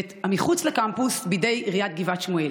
ומחוץ לקמפוס, בידי עיריית גבעת שמואל.